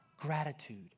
gratitude